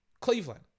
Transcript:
Cleveland